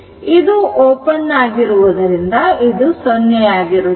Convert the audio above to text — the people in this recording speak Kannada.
ಇದು ಓಪನ್ ಆಗಿರುವುದರಿಂದ ಇದು 0 ಆಗಿರುತ್ತದೆ